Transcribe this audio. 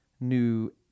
new